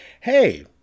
hey